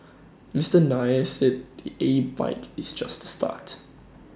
Mister Nair said the A bike is just the start